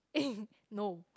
eh no